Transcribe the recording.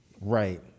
Right